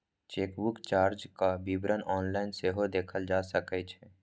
chequebook चार्जक विवरण online सेहो देखल जा सकै छै